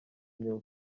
inyuma